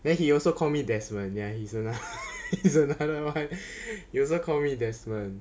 then he also call me desmond ya he's a he's another one you also call me desmond